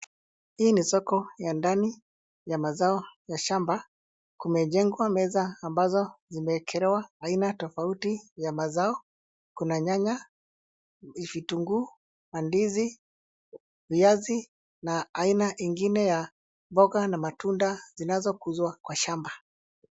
Hii ni soko ya ndani ya mazao ya shamba kumejengwa meza ambazo zimeekelea aina tafauti ya mazao, kuna nyanya, vitukuu, mandizi, viazi na aina ingine ya mboga na matunda zinazokuswa kwa shamba.